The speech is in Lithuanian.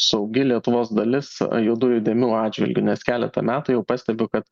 saugi lietuvos dalis juodųjų dėmių atžvilgiu nes keletą metų jau pastebiu kad